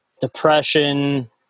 depression